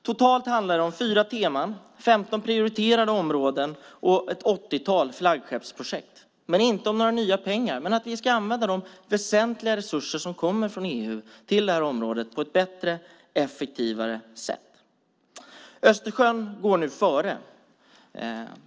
Totalt handlar det om fyra teman, femton prioriterade områden och ett åttiotal flaggskeppsprojekt. Men det handlar inte om några nya pengar, utan vi ska använda de väsentliga resurser som kommer från EU till detta område på ett bättre och effektivare sätt. Östersjön går nu före.